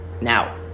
now